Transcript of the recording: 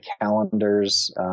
calendars